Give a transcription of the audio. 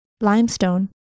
Limestone